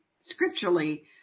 scripturally